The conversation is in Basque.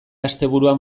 asteburuan